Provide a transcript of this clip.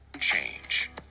Change